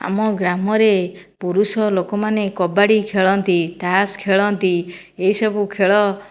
ଆମ ଗ୍ରାମରେ ପୁରୁଷ ଲୋକମାନେ କବାଡ଼ି ଖେଳନ୍ତି ତାସ୍ ଖେଳନ୍ତି ଏଇ ସବୁ ଖେଳ